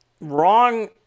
wrong